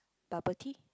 bubble tea